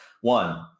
one